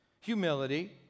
humility